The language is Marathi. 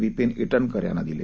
विपीन इटनकर यांना दिले